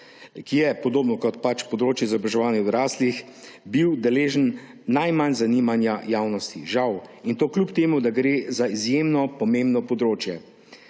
ki je podobno kot področje za izobraževanje odraslih bil žal deležen najmanj zanimanja javnosti, in to kljub temu, da gre za izjemno pomembno področje.